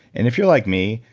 and if you're like me,